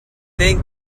think